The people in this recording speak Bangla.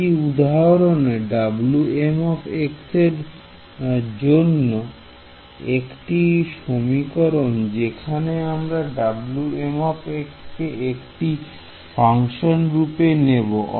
একটি উদাহরণ এ Wm এর জন্য একটি সমীকরণ যেখানে আমরা Wm কে একটি ফাংশন রূপে নেব